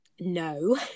no